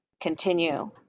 continue